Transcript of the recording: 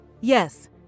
Yes